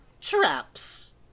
traps